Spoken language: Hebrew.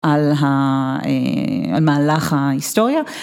על המהלך ההיסטוריה.